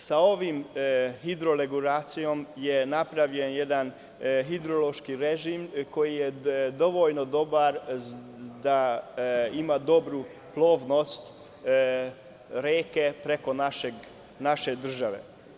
Sa ovom hidroregulacijom je napravljen jedan hidrološki režim koji dovoljno dobar da ima dobru plovnost reke preko naše države.